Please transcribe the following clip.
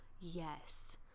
yes